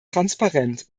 transparent